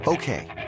Okay